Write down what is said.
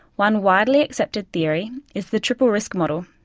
one widely accepted theory is the triple risk model,